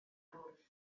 bwrdd